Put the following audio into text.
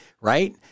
right